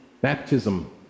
Baptism